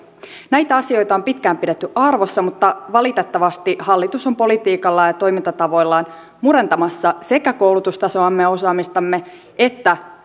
näitä asioita on pitkään pidetty arvossa mutta valitettavasti hallitus on politiikallaan ja toimintatavoillaan murentamassa sekä koulutustasoamme osaamistamme että